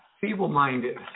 Feeble-minded